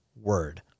word